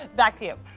ah back to you.